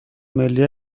ملی